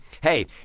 hey